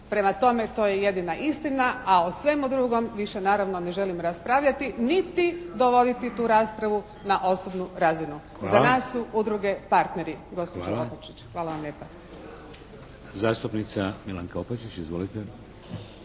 Prema tome to je jedina istina. A o svemu drugom više naravno ne želim raspravljati niti dovoditi tu raspravu na osobnu razinu. Za nas su udruge partneri gospođo Opačić.